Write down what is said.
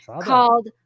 called